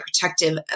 protective